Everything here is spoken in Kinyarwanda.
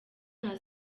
nta